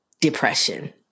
depression